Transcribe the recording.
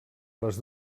les